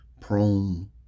prone